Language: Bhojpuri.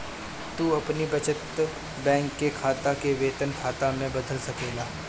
तू अपनी बचत बैंक के खाता के वेतन खाता में बदल सकेला